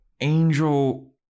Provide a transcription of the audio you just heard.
Angel